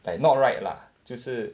like not right lah 就是